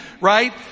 right